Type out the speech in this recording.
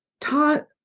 taught